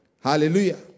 Hallelujah